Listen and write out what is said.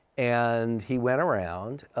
and he went around,